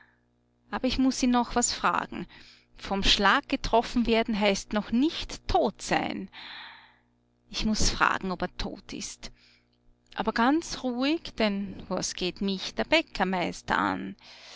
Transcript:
aber ich muß ihn noch was fragen vom schlag getroffen werden heißt noch nicht tot sein ich muß fragen ob er tot ist aber ganz ruhig denn was geht mich der bäckermeister an